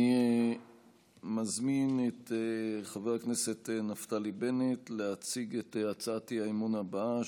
אני מזמין את חבר הכנסת נפתלי בנט להציג את הצעת האי-אמון הבאה,